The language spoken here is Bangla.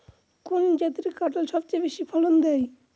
কোন জাতের কাঁঠাল সবচেয়ে বেশি ফলন দেয়?